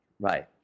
right